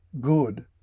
good